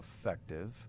effective